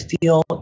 feel